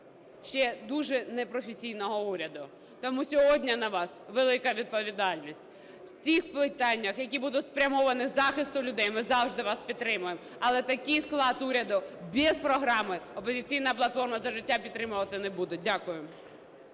ще дуже непрофесійного уряду. Тому сьогодні на вас велика відповідальність. У тих питаннях, які будуть спрямовані на захист людей, ми завжди вас підтримаємо, але такий склад уряду без програми "Опозиційна платформа – За життя" підтримувати не буде. Дякую.